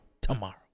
Tomorrow